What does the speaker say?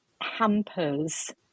hampers